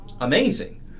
amazing